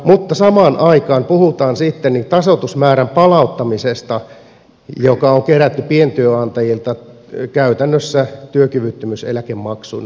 mutta samaan aikaan puhutaan sitten sen tasoitusmäärän palauttamisesta joka on kerätty pientyönantajilta käytännössä työkyvyttömyyseläkemaksuina